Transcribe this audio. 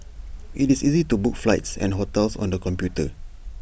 IT is easy to book flights and hotels on the computer